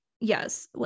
yes